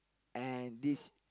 and this